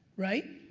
right?